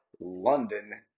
London